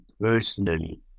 personally